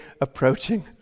approaching